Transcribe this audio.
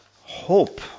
hope